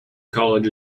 college